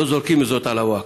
לא זורקים זאת על הווקף.